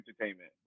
entertainment